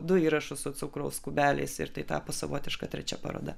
du įrašus su cukraus kubeliais ir tai tapo savotiška trečia paroda